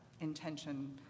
intention